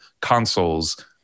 consoles